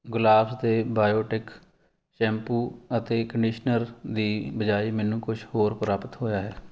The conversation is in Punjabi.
ਗੁਲਾਬਜ਼ ਦੇ ਬਾਇਓਟਿਕ ਸ਼ੈਂਪੂ ਅਤੇ ਕੰਡੀਸ਼ਨਰ ਦੀ ਬਜਾਏ ਮੈਨੂੰ ਕੁਛ ਹੋਰ ਪ੍ਰਾਪਤ ਹੋਇਆ ਹੈ